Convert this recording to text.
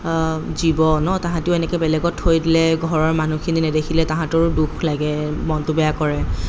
জীৱ ন তাহাঁতিও এনেকৈ বেলেগত থৈ দিলে ঘৰৰ মানুহখিনি নেদেখিলে তাহাঁতৰো দুখ লাগে মনটো বেয়া কৰে